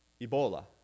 Ebola